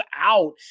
out